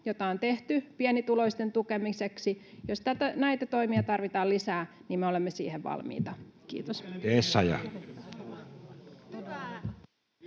mitä on tehty pienituloisten tukemiseksi, tarvitaan lisää, niin me olemme siihen valmiita. — Kiitos.